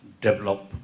develop